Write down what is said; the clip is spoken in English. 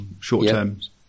short-terms